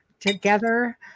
together